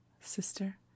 Sister